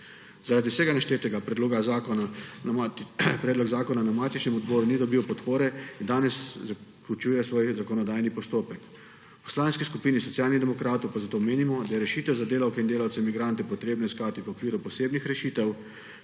Zaradi vsega naštetega predlog zakona na matičnem odboru ni dobil podpore in danes zaključuje svoj zakonodajni postopek. V Poslanski skupini Socialnih demokratov pa menimo, da je rešitev za delavke in delavce migrante treba iskati v okviru posebnih rešitev,